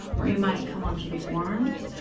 or you might come onto the forearms.